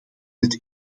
het